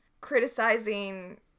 criticizing